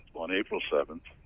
on april seventh,